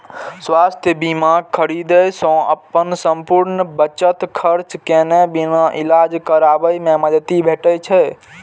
स्वास्थ्य बीमा खरीदै सं अपन संपूर्ण बचत खर्च केने बिना इलाज कराबै मे मदति भेटै छै